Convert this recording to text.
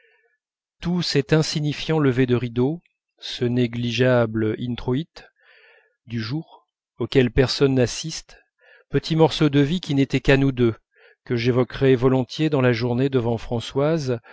tout cet insignifiant lever de rideau ce négligeable introït du jour auquel personne n'assiste petit morceau de vie qui n'était qu'à nous deux que j'évoquerais volontiers dans la journée devant françoise